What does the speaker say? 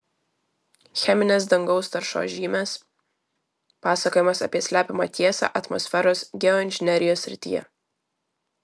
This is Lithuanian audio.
cheminės dangaus taršos žymės pasakojimas apie slepiamą tiesą atmosferos geoinžinerijos srityje